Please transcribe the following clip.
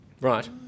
Right